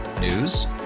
News